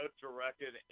directed